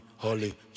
holy